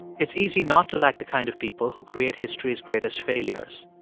it's easy not to like the kind of people who create history's greatest failures.